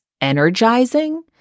energizing